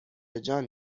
جان